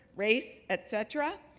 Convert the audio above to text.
race, etc.